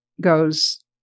goes